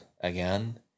again